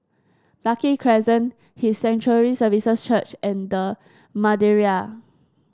Lucky Crescent His Sanctuary Services Church and The Madeira